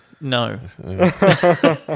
No